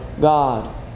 God